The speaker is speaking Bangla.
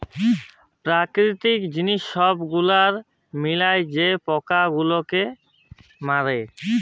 পেরাকিতিক জিলিস ছব গুলাল মিলায় যে পকা গুলালকে মারে